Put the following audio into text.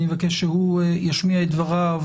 אני מבקש שהוא ישמיע את דבריו,